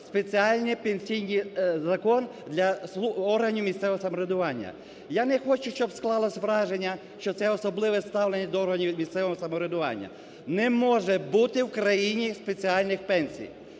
спеціальний пенсійний закон для органів місцевого самоврядування. Я не хочу, щоб склалося враження, що це особливе ставлення до органів місцевого самоврядування. Не може бути в країні спеціальних пенсій.